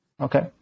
Okay